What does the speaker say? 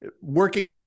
working